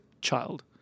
child